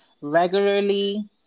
regularly